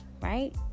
right